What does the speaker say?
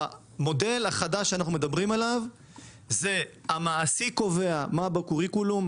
במודל החדש שאנחנו מדברים עליו המעסיק הוא זה שקובע מה בקוריקולום,